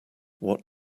what